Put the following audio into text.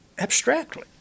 abstractly